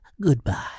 Goodbye